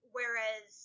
Whereas